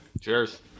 cheers